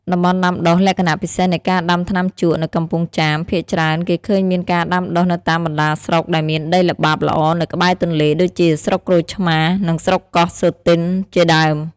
តំបន់ដាំដុះ លក្ខណៈពិសេសនៃការដាំថ្នាំជក់នៅកំពង់ចាម ភាគច្រើនគេឃើញមានការដាំដុះនៅតាមបណ្តាស្រុកដែលមានដីល្បាប់ល្អនៅក្បែរទន្លេ ដូចជាស្រុកក្រូចឆ្មារ និងស្រុកកោះសូទិនជាដើម។